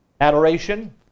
Adoration